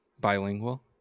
Bilingual